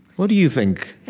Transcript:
what do you think?